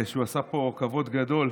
שהוא עשה פה כבוד גדול.